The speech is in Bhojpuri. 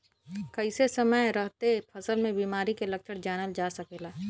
कइसे समय रहते फसल में बिमारी के लक्षण जानल जा सकेला?